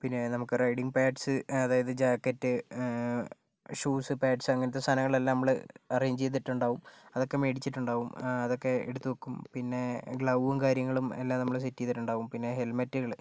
പിന്നെ നമുക്ക് riding parts അതായത് ജാക്കറ്റ് ഷൂസ് പാഡ്സ് അങ്ങനത്തെ സാധനങ്ങൾ എല്ലാം നമ്മൾ അറേഞ്ച് ചെയ്തിട്ടുണ്ടാവും അതൊക്കെ മേടിച്ചിട്ടുണ്ടാവും അതൊക്കെ എടുത്ത് വയ്ക്കും പിന്നെ ഗ്ലൗവും കാര്യങ്ങളും എല്ലാം നമ്മള് സെറ്റ് ചെയ്തിട്ടുണ്ടാകും പിന്നെ ഹെൽമറ്റുകൾ